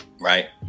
Right